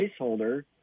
placeholder